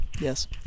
Yes